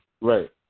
right